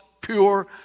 pure